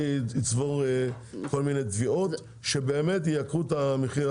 שיצבור כל מיני תביעות שבאמת ייקרו את המחיה.